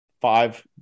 five